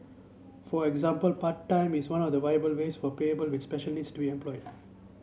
for example part time is one of the viable ways for with special needs to employed